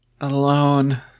Alone